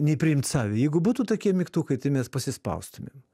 nei priimt save jeigu būtų tokie mygtukai tai mes pasispaustumėm